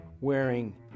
wearing